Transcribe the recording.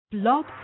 Blog